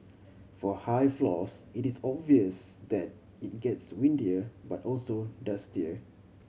for high floors it is obvious that it gets windier but also dustier